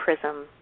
prism